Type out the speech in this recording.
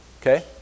Okay